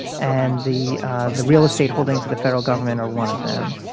and the the real estate holdings of the federal government are one of them.